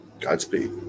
Godspeed